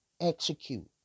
execute